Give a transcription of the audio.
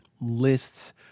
lists